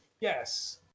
Yes